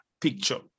picture